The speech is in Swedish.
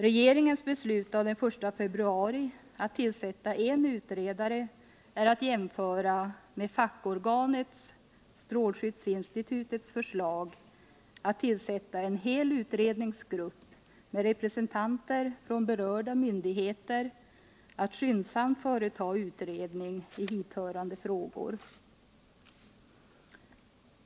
Regeringens beslut av den 1 februari, att tillsätta en utredare, är att jämföra med fackorganets/strålskyddsinstitutets förslag att tillsätta en hel utredningsgrupp med representanter från berörda myndigheter att skyndsamt företa utredning i hithörande frågor.